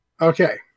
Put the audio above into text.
Okay